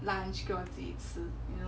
lunch 给我自己吃 you know